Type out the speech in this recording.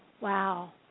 Wow